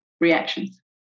reactions